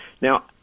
Now